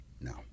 No